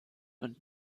und